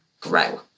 grow